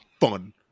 fun